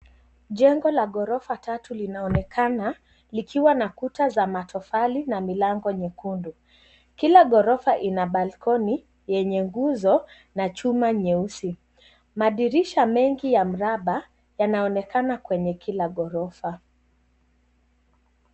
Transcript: Jengo la gorofa tatu linaonekana, likiwa na kuta za matofali na milango nyekundu. Kila gorofa ina balkoni, yenye nguzo na chuma nyeusi. Madirisha mengi ya mraba, yanaonekana kwenye kila gorofa.